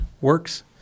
works